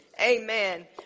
amen